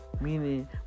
meaning